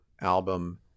album